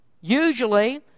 Usually